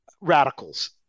radicals